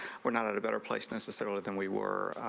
we're not in a better place necessarily than we were.